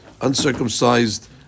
uncircumcised